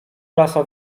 rasa